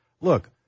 Look